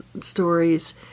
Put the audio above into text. stories